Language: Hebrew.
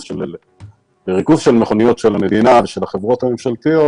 של מכוניות של המדינה ושל החברות הממשלתיות,